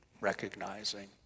recognizing